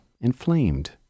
inflamed